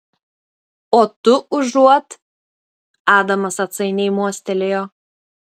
o tu užuot adamas atsainiai mostelėjo